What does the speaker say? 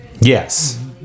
Yes